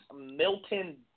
Milton